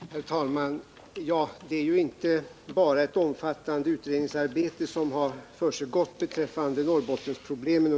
Herr talman! Det är ju inte bara ett omfattande utredningsarbete som under senare år har ägnats Norrbottensproblemen.